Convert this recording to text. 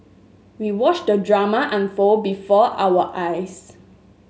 we watched the drama unfold before our eyes